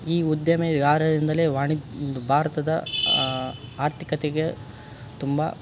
ಈ ಉದ್ದಿಮೆಗಾರರಿಂದಲೇ ವಾಣಿಜ್ಯ ಭಾರತದ ಆರ್ಥಿಕತೆಗೆ ತುಂಬ